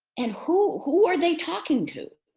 and who who are they talking to?